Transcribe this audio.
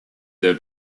der